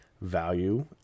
value